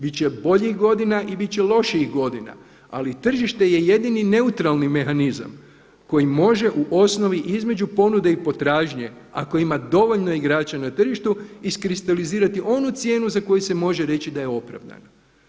Bit će boljih godina i bit će lošijih godina, ali tržište je jedini neutralni mehanizam koji može u osnovi između ponude i potražnje ako ima dovoljno igrača na tržištu iskristalizirati onu cijenu za koju se može reći da je opravdana.